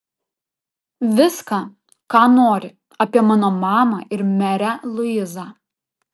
viską ką nori apie mano mamą ir merę luizą